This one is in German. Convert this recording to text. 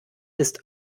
ist